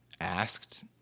asked